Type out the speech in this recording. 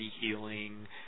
healing